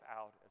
out